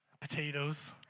Potatoes